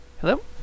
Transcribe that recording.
Hello